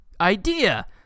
idea